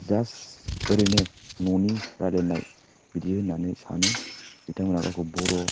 just ओरैनो न'नि रायलायनाय बिदि होन्नानै सानो बिथांमोना गावखौ बर'